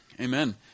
Amen